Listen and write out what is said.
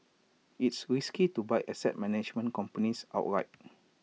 it's risky to buy asset management companies outright